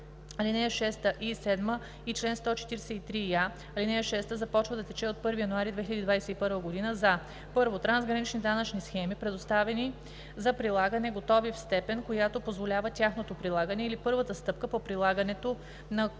ал. 6 и 7 и чл. 143я², ал. 6 започва да тече от 1 януари 2021 г. за: 1. трансгранични данъчни схеми, предоставени за прилагане, готови в степен, която позволява тяхното прилагане, или първата стъпка по прилагането на които